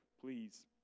Please